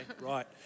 right